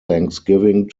thanksgiving